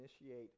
initiate